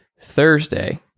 Thursday